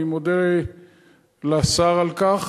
אני מודה לשר על כך.